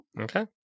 Okay